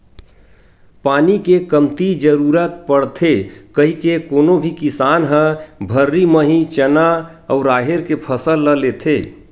पानी के कमती जरुरत पड़थे कहिके कोनो भी किसान ह भर्री म ही चना अउ राहेर के फसल ल लेथे